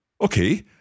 Okay